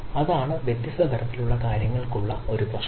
അതാണ് വ്യത്യസ്ത തരത്തിലുള്ള കാര്യങ്ങൾക്കുള്ള ഒരു പ്രശ്നം